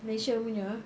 malaysia punya